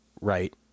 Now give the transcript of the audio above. right